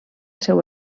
seu